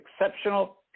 exceptional